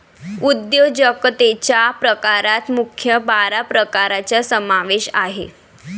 उद्योजकतेच्या प्रकारात मुख्य बारा प्रकारांचा समावेश आहे